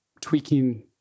tweaking